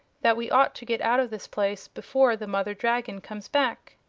that we ought to get out of this place before the mother dragon comes back.